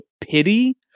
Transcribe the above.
pity